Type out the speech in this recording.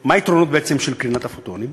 מה היתרונות בעצם של קרינת הפרוטונים?